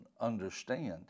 understand